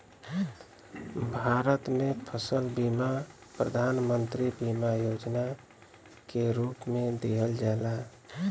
भारत में फसल बीमा प्रधान मंत्री बीमा योजना के रूप में दिहल जाला